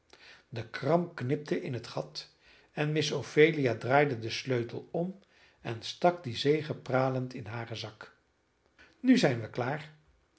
de kram knipte in het gat en miss ophelia draaide den sleutel om en stak dien zegepralend in haren zak nu zijn wij klaar